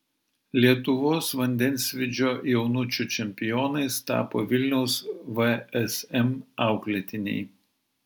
lietuvos vandensvydžio jaunučių čempionais tapo vilniaus vsm auklėtiniai